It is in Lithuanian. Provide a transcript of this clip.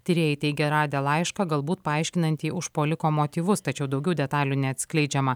tyrėjai teigia radę laišką galbūt paaiškinantį užpuoliko motyvus tačiau daugiau detalių neatskleidžiama